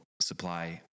supply